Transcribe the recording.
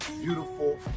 beautiful